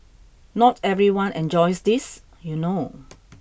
not everyone enjoys this you know